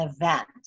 event